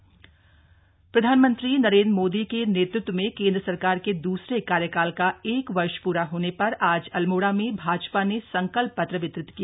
संकल्प पत्र प्रधानमंत्री नरेंद्र मोदी के नेतृत्व में केंद्र सरकार के दूसरे कार्यकाल का एक वर्ष प्रा होने पर आज अल्मोड़ा में भाजपा ने संकल्प पत्र वितरित किया